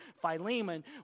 Philemon